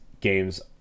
games